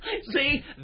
see